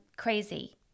Crazy